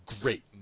great